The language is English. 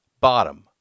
bottom